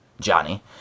Johnny